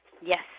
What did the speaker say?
Yes